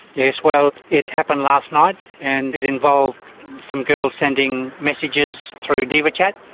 yes, well, it happened last night, and it involved some girls sending messages through diva chat.